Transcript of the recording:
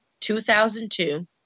2002